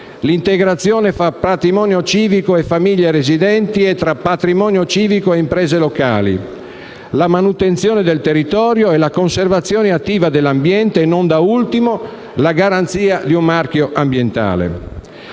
l'integrazione tra patrimonio civico e famiglie residenti e tra patrimonio civico e imprese locali; la manutenzione del territorio e la conservazione attiva dell'ambiente e, non da ultimo, la garanzia di un marchio ambientale.